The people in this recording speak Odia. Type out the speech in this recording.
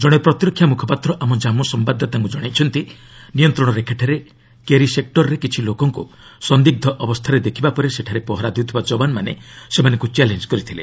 ଜଣେ ପ୍ରତିରକ୍ଷା ମୁଖପାତ୍ର ଆମ ଜନ୍ମୁ ସମ୍ଭାଦଦାତାଙ୍କୁ ଜଣାଇଛନ୍ତି ନିୟନ୍ତ୍ରଣ ରେଖାଠାରେ କେରି ସେକ୍ଟରରେ କିିିି ଲୋକଙ୍କୁ ସନ୍ଦିଗ୍ଧ ଅବସ୍ଥାରେ ଦେଖିବା ପରେ ସେଠାରେ ପହରା ଦେଉଥିବା ଯବାନମାନେ ସେମାନଙ୍କୁ ଚ୍ୟାଲେଞ୍ କରିଥିଲେ